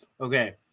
Okay